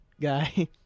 guy